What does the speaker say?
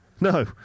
No